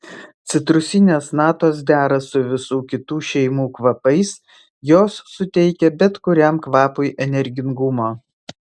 citrusinės natos dera su visų kitų šeimų kvapais jos suteikia bet kuriam kvapui energingumo